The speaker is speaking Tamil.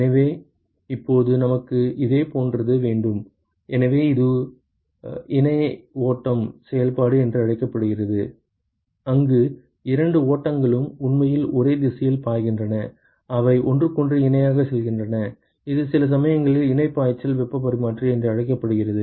எனவே இப்போது நமக்கு இதே போன்றது வேண்டும் எனவே இது இணை ஓட்டம் செயல்பாடு என்று அழைக்கப்படுகிறது அங்கு இரண்டு ஓட்டங்களும் உண்மையில் ஒரே திசையில் பாய்கின்றன அவை ஒன்றுக்கொன்று இணையாகச் செல்கின்றன இது சில சமயங்களில் இணை பாய்ச்சல் வெப்பப் பரிமாற்றி என்றும் அழைக்கப்படுகிறது